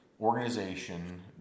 organization